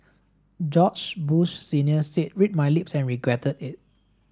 George Bush Senior said read my lips and regretted it